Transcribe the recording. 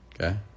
Okay